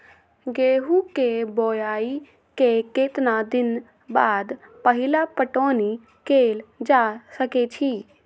गेंहू के बोआई के केतना दिन बाद पहिला पटौनी कैल जा सकैछि?